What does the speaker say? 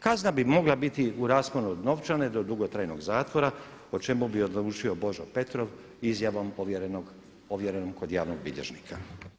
Kazna bi mogla biti u rasponu od novčane do dugotrajnog zatvora o čemu bi odlučio Božo Petrov izjavom ovjerenom kod javnog bilježnika.